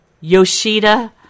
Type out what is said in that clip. Yoshida